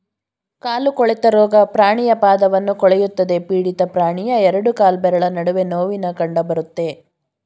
ಕಾಲು ಕೊಳೆತ ರೋಗ ಪ್ರಾಣಿಯ ಪಾದವನ್ನು ಕೊಳೆಯುತ್ತದೆ ಪೀಡಿತ ಪ್ರಾಣಿಯ ಎರಡು ಕಾಲ್ಬೆರಳ ನಡುವೆ ನೋವಿನ ಕಂಡಬರುತ್ತೆ